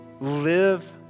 live